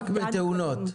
רק בתאונות.